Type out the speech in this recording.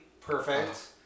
Perfect